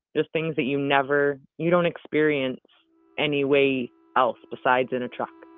just things that you never you don't experience any way else besides in a truck.